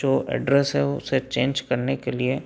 जो एड्रेस है उसे चेंज करने के लिए